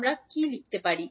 আমরা কী লিখতে পারি